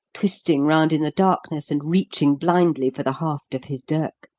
twisting round in the darkness and reaching blindly for the haft of his dirk.